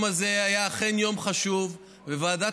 ההצעה